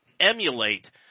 emulate